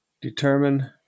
Determine